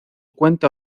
cuenta